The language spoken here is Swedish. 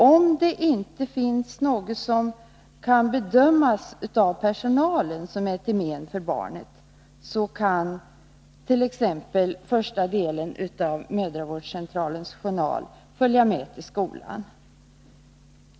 Om det inte finns något som av personalen kan bedömas vara till men för barnet, kan t.ex. första delen av mödravårdscentralens journal följa med till skolan.